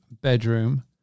bedroom